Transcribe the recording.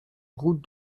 route